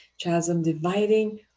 chasm-dividing